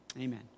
Amen